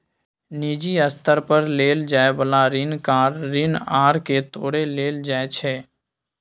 निजी स्तर पर लेल जाइ बला ऋण कार ऋण आर के तौरे लेल जाइ छै